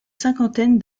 cinquantaine